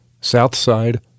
Southside